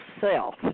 self